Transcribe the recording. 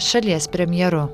šalies premjeru